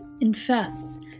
infests